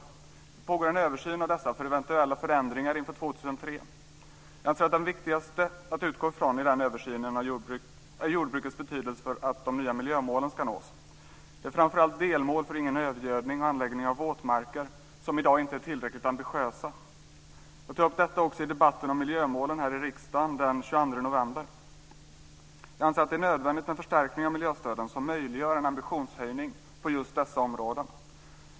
Det pågår en översyn av dessa för eventuella förändringar inför 2003. Jag anser att det viktigaste att utgå ifrån i den översynen är jordbrukets betydelse för att de nya miljömålen ska nås. Det är framför allt delmål, som i dag inte är tillräckligt ambitiösa, mot övergödning och mot anläggning av våtmarker. Jag tog upp detta också i debatten om miljömålen här i riksdagen den 22 november. Jag anser att det är nödvändigt med förstärkningar av miljöstöden som möjliggör en ambitionshöjning på just dessa områden.